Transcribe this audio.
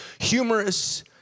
humorous